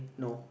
no